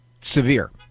severe